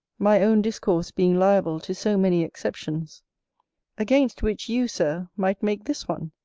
my own discourse being liable to so many exceptions against which you, sir, might make this one,